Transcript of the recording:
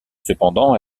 cependant